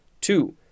Two